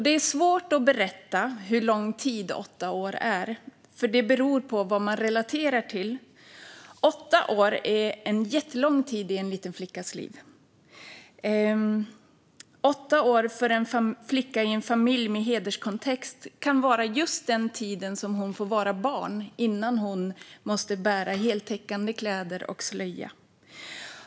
Det är svårt att berätta hur lång tid åtta år är, för det beror på vad man relaterar till. Åtta år är en jättelång tid i en liten flickas liv. Åtta år för en flicka i en familj med hederskontext kan vara just den tid då hon får vara barn innan hon måste bära heltäckande kläder och slöja.